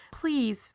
please